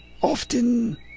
often